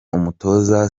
umutoza